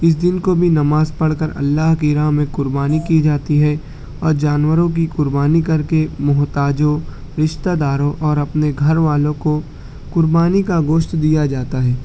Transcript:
اس دن کو بھی نماز پڑھ کر اللہ کی راہ میں قربانی کی جاتی ہے اور جانوروں کی قربانی کر کے محتاجوں رشتہ داروں اور اپنے گھر والوں کو قربانی کا گوشت دیا جاتا ہے